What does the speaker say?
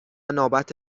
نوبت